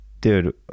dude